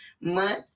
Month